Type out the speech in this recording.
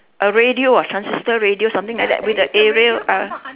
a radio ah transistor radio something like that with the arial a